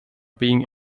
being